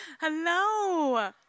Hello